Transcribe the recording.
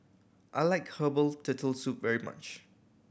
I like herbal Turtle Soup very much